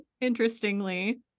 interestingly